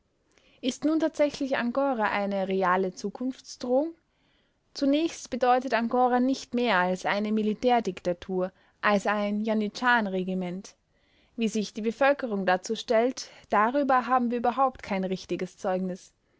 ist nun tatsächlich angora eine reale zukunftsdrohung zunächst bedeutet angora nicht mehr als eine militärdiktatur als ein janitscharenregiment wie sich die bevölkerung dazu stellt darüber haben wir überhaupt kein richtiges zeugnis